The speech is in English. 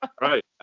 Right